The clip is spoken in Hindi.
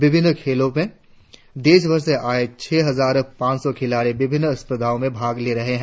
विभिन्न खेलों में देशभर से आए छह हजार पांच सौ खिलाड़ी विभिन्न स्पर्धाओं में भाग ले रहे है